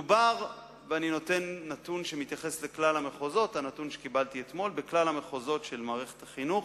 אני נותן נתון שקיבלתי אתמול ומתייחס לכלל המחוזות של מערכת החינוך: